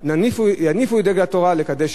יניפו את דגל התורה, לקדש שם שמים.